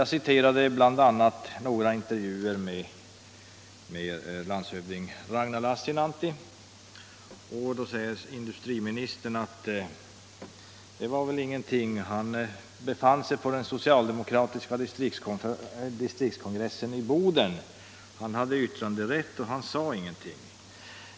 a. citerade jag några intervjuer med landshövding Ragnar Lassinantti. Då sade industriministern, att det var väl ingenting, eftersom Lassinantti befann sig på den socialdemokratiska distriktskongressen i Boden och hade yttranderätt där men inte sade någonting.